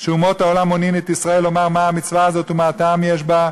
שאומות העולם מונים את ישראל לומר מה המצווה הזאת ומה הטעם יש בה,